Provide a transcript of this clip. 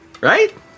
right